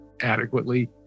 adequately